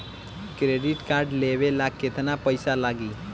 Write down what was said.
Credit card लेवे ला केतना पइसा लागी?